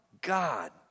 God